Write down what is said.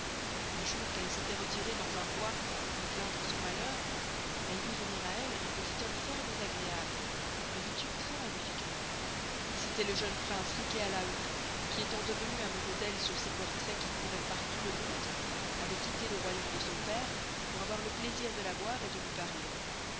un jour qu'elle s'estoit retirée dans un bois pour y plaindre son malheur elle vit venir à elle un petit homme fort laid et fort desagreable mais vestu tres magnifiquement c'estoit le jeune prince riquet à la houppe qui estant devenu amoureux d'elle sur ses portraits qui courroient par tout le monde avoit quitté le royaume de son pere pour avoir le plaisir de la voir et de luy parler